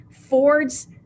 Ford's